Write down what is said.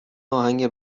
آهنگ